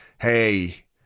hey